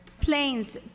planes